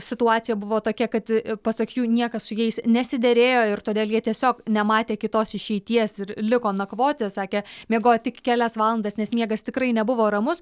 situacija buvo tokia kad pasak jų niekas su jais nesiderėjo ir todėl jie tiesiog nematė kitos išeities ir liko nakvoti sakė miegojo tik kelias valandas nes miegas tikrai nebuvo ramus